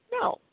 No